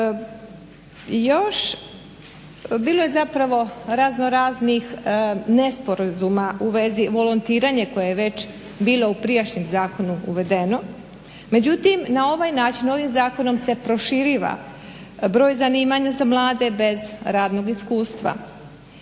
Još, bilo je zapravo raznoraznih nesporazuma u vezi, volontiranje koje je već bilo u prijašnjem zakonu uvedeno. Međutim, na ovaj način ovim zakonom se proširiva broj zanimanja za mlade bez radnog iskustva.